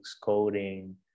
coding